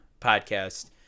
podcast